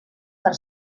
per